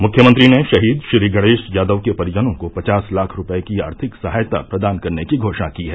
मुख्यमंत्री ने शहीद श्री गणेश यादव के परिजनों को पचास लाख रूपये की आर्थिक सहायता प्रदान करने की घोसणा की है